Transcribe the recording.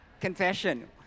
Confession